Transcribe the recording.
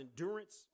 endurance